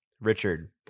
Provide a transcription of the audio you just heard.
Richard